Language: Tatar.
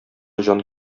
җан